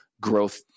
growth